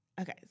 okay